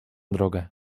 drogę